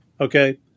Okay